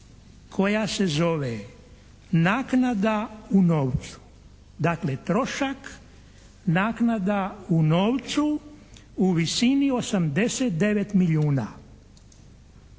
koja se zove naknada u novcu. Dakle trošak naknada u novcu u visini 89 milijuna.